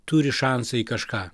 turi šansą į kažką